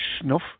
snuff